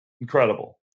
Incredible